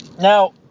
Now